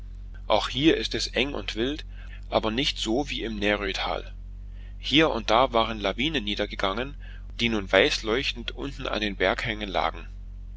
auch hier ist es eng und wild aber nicht so wie im närötal hier und da waren lawinen niedergegangen die nun weißleuchtend unten an den berghängen lagen